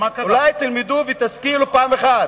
אולי תלמדו ותשכילו פעם אחת.